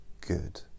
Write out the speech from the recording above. good